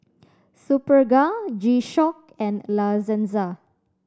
Superga G Shock and La Senza